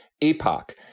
epoch